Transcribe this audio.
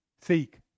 seek